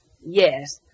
yes